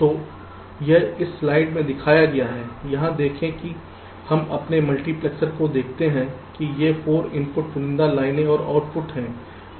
तो यह इस स्लाइड में दिखाया गया है यहाँ देखें कि हम अपने मल्टीप्लेक्सर को देखते हैंकी ये 4 इनपुट चुनिंदा लाइनें और आउटपुट हैं